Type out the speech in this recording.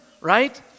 Right